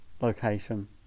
location